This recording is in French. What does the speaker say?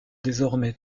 désormais